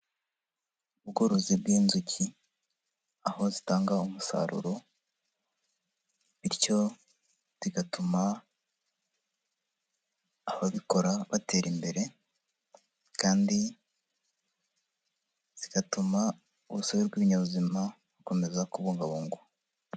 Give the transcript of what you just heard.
Ubworozi bw'inzuki, aho zitanga umusaruro, bityo zigatuma ababikora batera imbere, kandi zigatuma urusobe rw'ibinyabuzima rukomeza kubungabungwa.